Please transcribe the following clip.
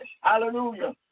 Hallelujah